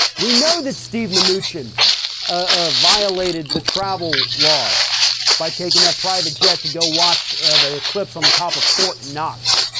we know that steve mnuchin ah violated the travel laws by taking that private jet to go watch the eclipse on the top of fort knox.